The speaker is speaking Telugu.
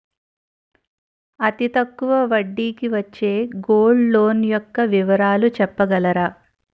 అతి తక్కువ వడ్డీ కి వచ్చే గోల్డ్ లోన్ యెక్క వివరాలు చెప్పగలరా?